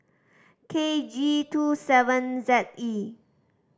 K G Two seven Z E